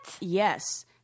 Yes